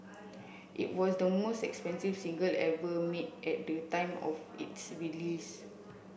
it was the most expensive single ever made at the time of its release